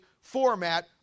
format